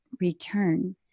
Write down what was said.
return